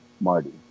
Marty